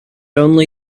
only